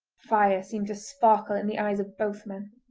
fire seemed to sparkle in the eyes of both men.